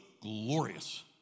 glorious